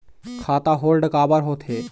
खाता होल्ड काबर होथे?